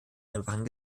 einfachen